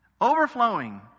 overflowing